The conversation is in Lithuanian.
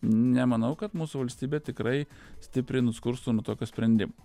nemanau kad mūsų valstybė tikrai stipriai nuskurstų nuo tokio sprendimo